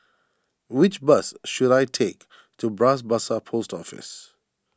which bus should I take to Bras Basah Post Office